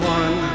one